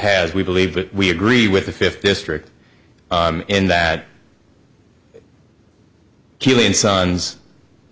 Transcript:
has we believe but we agree with the fifth district in that killing sons